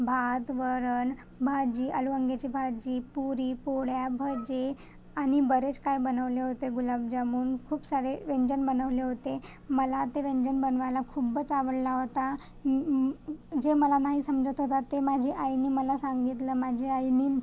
भात वरण भाजी अलूवांग्याची भाजी पुरी पोळया भजे आणि बरेच काही बनवले होते गुलाबजामुन खूप सारे व्यंजन बनवले होते मला ते व्यंजन बनवायला खूपच आवडला होता जे मला नाही समजत होता ते माझी आईनी मला सांगितलं माझी आईनी